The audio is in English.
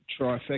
trifecta